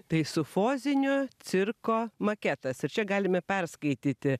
tai sufoziniu cirko maketas ir čia galime perskaityti